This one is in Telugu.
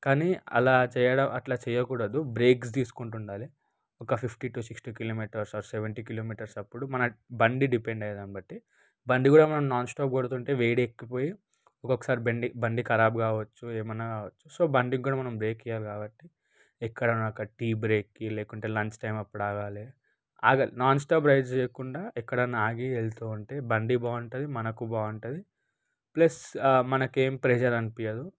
కానీ అలా చేయడం అట్లా చేయకూడదు బ్రేక్స్ తీసుకుంటుండాలి ఒక fifty to sixty kilometres or seventy kilometres అప్పుడు మన బండి డిపెండ్ అయ్యేదాన్ని బట్టి బండి కూడా నాన్ స్టాప్ కొడుతుంటే వేడెక్కిపోయి ఒక్కొక్కసారి బండి ఖరాబ్ కావచ్చు ఏమన్నా కావచ్చు సో బండికి కూడా మనం బ్రేక్ ఇవ్వాలి కాబట్టి ఎక్కడన్నా ఒక టీ బ్రేక్కి లేకుంటే లంచ్ టైం అప్పుడు ఆగాలి అలా నాన్స్టాప్ రైడ్స్ చెయ్యకుండా ఎక్కడైనా ఆగి వెళ్తూ ఉంటే బండి బాగుంటుంది మనకూ బాగుంటుంది ప్లస్ మనకేం ప్రెజర్ అనిపించదు